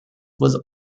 was